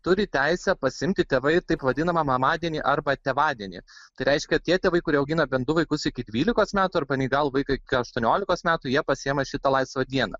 turi teisę pasiimti tėvai taip vadinamą mamadienį arba tėvadienį tai reiškia tie tėvai kurie augina bent du vaikus iki dvylikos metų arba neįgalų vaiką iki aštuoniolikos metų jie pasiima šitą laisvą dieną